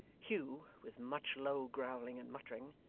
hugh, with much low growling and muttering,